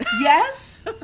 yes